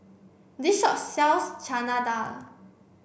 this shop sells Chana Dal